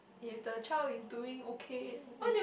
the child is doing okay then